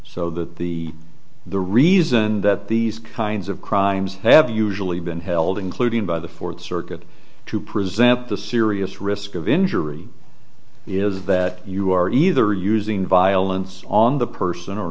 so that the the reason that these kinds of crimes have usually been held including by the fourth circuit to present the serious risk of injury is that you are either using violence on the person or